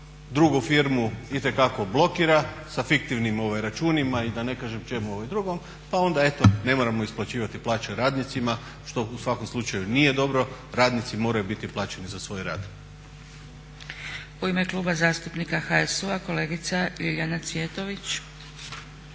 drugu firmu itekako blokira sa fiktivnim računima i da ne kažem čemu drugom, pa onda eto ne moramo isplaćivati plaće radnicima što u svakom slučaju nije dobro. Radnici moraju biti plaćeni za svoj rad. **Zgrebec, Dragica (SDP)** U ime Kluba zastupnika HSU-a kolegica Ljiljana Cvjetović.